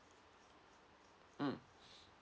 mm